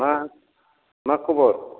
मा मा खबर